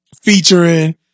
featuring